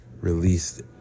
released